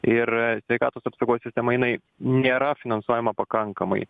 ir sveikatos apsaugos sistema jinai nėra finansuojama pakankamai